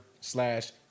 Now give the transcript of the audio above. slash